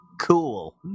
Cool